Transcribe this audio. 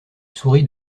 sourit